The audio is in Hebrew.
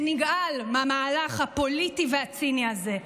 שנגעל מהמהלך הפוליטי והציני הזה.